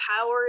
power